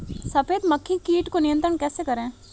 सफेद मक्खी कीट को नियंत्रण कैसे करें?